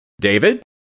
David